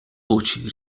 voci